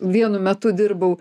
vienu metu dirbau